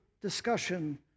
discussion